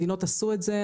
מדינות עשו את זה,